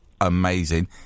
amazing